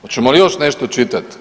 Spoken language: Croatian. Hoćemo li još nešto čitat?